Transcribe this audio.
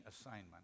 assignment